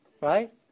Right